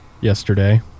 yesterday